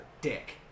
dick